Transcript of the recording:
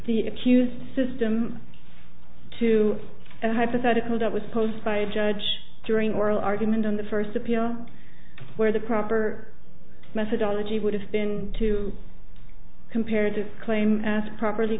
the accused system to a hypothetical that was posed by a judge during oral argument on the first appeal where the proper methodology would have been to comparative claim as properly